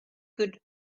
could